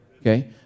Okay